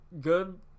good